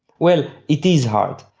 well, it is hard,